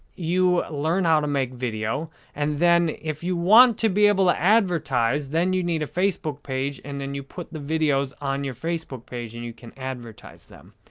you learn how to make video and then, if you want to be able to advertise, then you need a facebook page and then and you put the videos on your facebook page and you can advertise them.